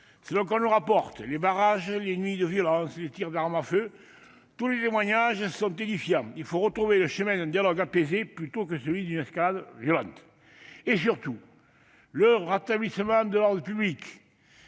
Il est fait état de barrages, de nuits de violence et de tirs d'armes à feu. Tous les témoignages sont édifiants ! Il faut retrouver le chemin d'un dialogue apaisé, plutôt que de poursuivre une escalade violente. Surtout, le rétablissement de l'ordre public